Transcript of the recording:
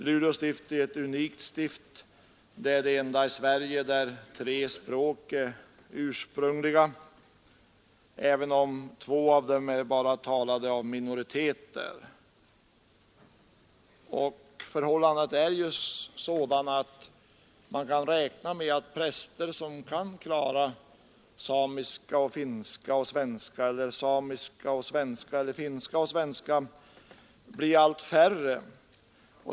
Luleå stift är unikt — det är det enda stift i Sverige där tre språk är ursprungliga, även om två av dem bara talas av minoriteter. Förhållandena är sådana att man kan räkna med att de präster som kan klara samiska, finska och svenska eller samiska och svenska eller finska och svenska blir allt färre.